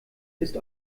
ist